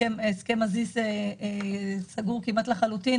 הסכם הזי"ס סגור כמעט לחלוטין,